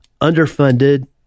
underfunded